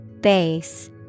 Base